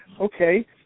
okay